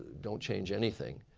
don't change anything.